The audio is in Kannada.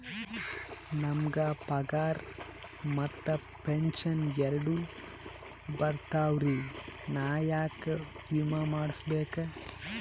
ನಮ್ ಗ ಪಗಾರ ಮತ್ತ ಪೆಂಶನ್ ಎರಡೂ ಬರ್ತಾವರಿ, ನಾ ಯಾಕ ವಿಮಾ ಮಾಡಸ್ಬೇಕ?